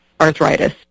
arthritis